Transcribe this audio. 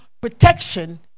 protection